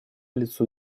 лицу